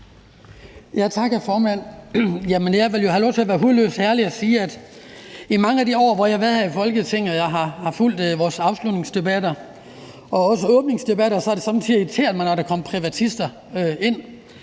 Jeg vil jo have lov til at være hudløst ærlig og sige, at i mange af de år, hvor jeg har været her i Folketinget og har fulgt vores afslutningsdebatter og også åbningsdebatter, har det sommetider irriteret mig, når der kom privatister ind,